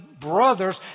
brothers